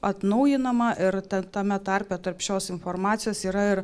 atnaujinama ir ten tame tarpe tarp šios informacijos yra ir